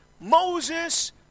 Moses